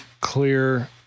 clear